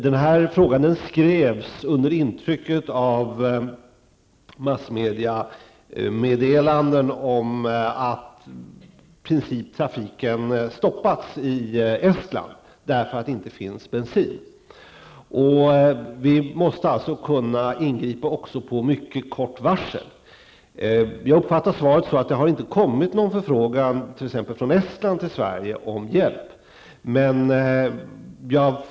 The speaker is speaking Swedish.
Den här frågan skrevs under intrycket av massmediameddelanden om att trafiken i princip stoppats i Estland därför att det inte finns bensin. Vi måste alltså kunna ingripa med mycket kort varsel. Jag uppfattar svaret så, att det inte har kommit någon förfrågan från t.ex. Estland till Sverige om hjälp.